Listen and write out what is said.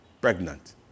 pregnant